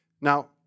Now